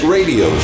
Radio